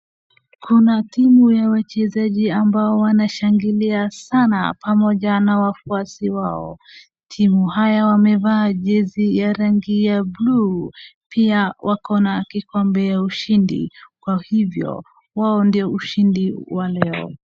Kuna timu ya wachejazi ambao wanashangilia sana pamoja na wafuasi wao. Timu hiyo wamevaa jezi ya rangi ya blue pia wako na kikombe ya ushindi, kwa hivyo wao ndio ushindi wa leo.